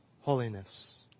holiness